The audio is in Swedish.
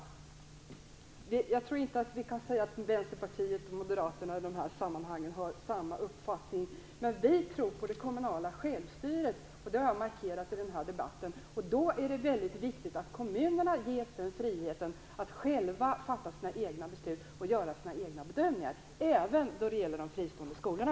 Jag tror inte att man kan säga att Vänsterpartiet och Moderaterna i de här sammanhangen har samma uppfattning. Vi tror på det kommunala självstyret, och det har jag markerat i den här debatten. Då är det väldigt viktigt att kommunerna ges friheten att själva fatta sina egna beslut och göra sina egna bedömningar, även när det gäller de fristående skolorna.